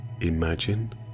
imagine